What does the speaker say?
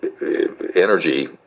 energy